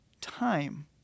time